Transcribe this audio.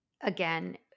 again